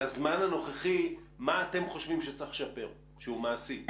לזמן הנוכחי מה אתם חושבים שצריך לשפר שהוא מעשי?